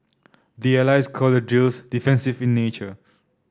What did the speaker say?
the allies call the drills defensive in nature